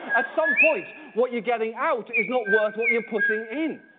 at some point, what you're getting out is not worth what you're putting in.